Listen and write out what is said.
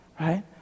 right